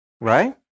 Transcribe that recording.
right